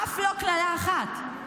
--- אף לא קללה אחת.